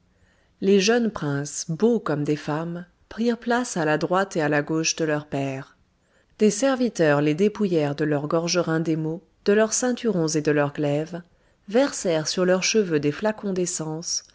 les jeunes princes beaux comme des femmes prirent place à la droite et à la gauche de leur père des serviteurs les dépouillèrent de leurs gorgerins d'émaux de leurs ceinturons et de leurs glaives versèrent sur leurs cheveux des flacons